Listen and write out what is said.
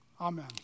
amen